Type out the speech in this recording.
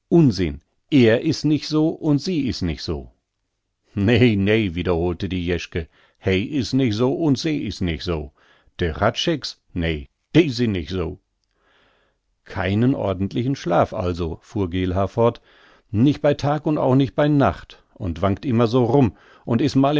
unsinn er is nich so und sie is nich so nei nei wiederholte die jeschke he is nich so un se is nich so de hradschecks nei de sinn nich so keinen ordentlichen schlaf also fuhr geelhaar fort nich bei tag und auch nich bei nacht und wankt immer so rum und is